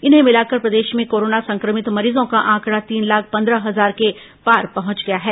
इन्हें मिलाकर प्रदेश में कोरोना संक्रमित मरीजों का आंकडा तीन लाख पंद्रह हजार के पार पहंच गया है